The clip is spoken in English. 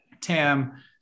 Tam